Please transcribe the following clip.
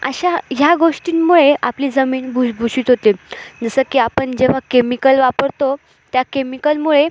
अशा ह्या गोष्टींमुळे आपली जमीन भुसभुशीत होते जसं की आपण जेव्हा केमिकल वापरतो त्या केमिकलमुळे